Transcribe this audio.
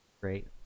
great